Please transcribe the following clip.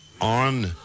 on